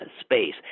space